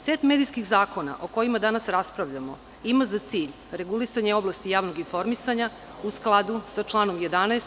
Set medijskih zakona o kojima danas raspravljamo ima za cilj regulisanje oblasti javnog informisanja u skladu sa članom 11.